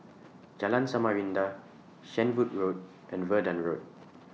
Jalan Samarinda Shenvood Road and Verdun Road